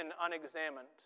unexamined